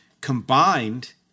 combined